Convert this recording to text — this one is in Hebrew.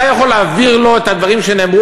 אתה יכול להעביר לו את הדברים שנאמרו